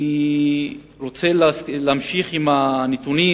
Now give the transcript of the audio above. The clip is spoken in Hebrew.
אני רוצה להמשיך עם הנתונים,